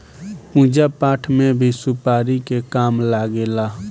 पूजा पाठ में भी सुपारी के काम लागेला